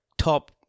Top